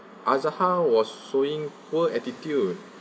azarhar was showing poor attitude